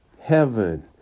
heaven